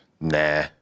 Nah